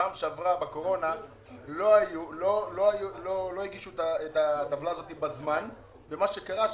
בפעם האחרונה בקורונה לא הוגשה הטבלה הזו בזמן ומה שקרה הוא